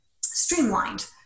streamlined